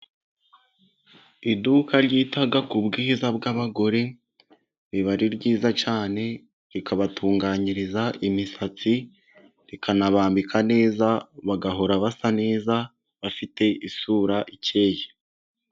Iduka ryita ku bwiza bw'abagore riba ari ryiza cyane, rikabatunganyiriza imisatsi, rikanabambika neza, bagahora basa neza, bafite isura ikeye.